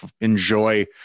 enjoy